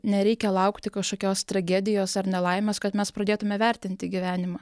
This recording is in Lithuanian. nereikia laukti kažkokios tragedijos ar nelaimės kad mes pradėtume vertinti gyvenimą